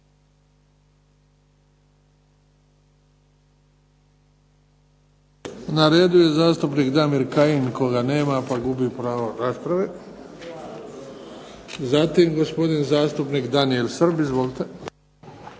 Na redu je zastupnik Damir Kajin, koga nema pa gubi pravo rasprave. Zatim gospodin zastupnik Danijel Srb. Izvolite.